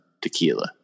tequila